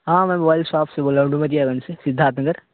ہاں میں mobile shop سے بول رہا ہوں ڈومریا گنج سے سدھارتھ نگر